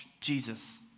Jesus